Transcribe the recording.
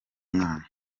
mwana